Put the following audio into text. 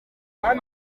mashya